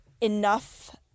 enough